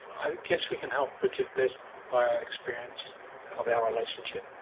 i guess we can help bridget best by our experience of our relationship,